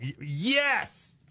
Yes